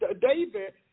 David